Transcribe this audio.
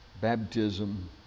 baptism